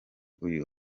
uyu